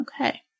Okay